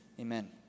amen